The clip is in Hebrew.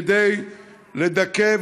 כדי לדכא,